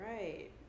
right